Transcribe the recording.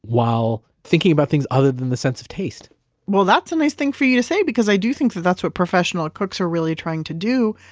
while thinking about things other than the sense of taste well that's a nice thing for you to say, because i do think that that's what professional cooks are really trying to do,